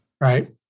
right